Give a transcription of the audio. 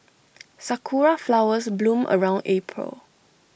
Sakura Flowers bloom around April